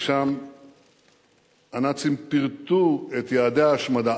ושם הנאצים פירטו את יעדי ההשמדה,